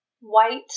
white